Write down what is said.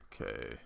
Okay